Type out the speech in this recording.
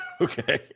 Okay